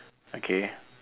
okay